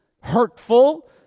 hurtful